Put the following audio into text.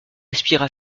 aspira